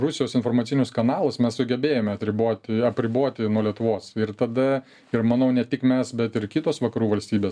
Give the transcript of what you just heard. rusijos informacinius kanalus mes sugebėjome atriboti apriboti nuo lietuvos ir tada ir manau ne tik mes bet ir kitos vakarų valstybės